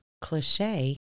Cliche